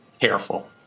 Careful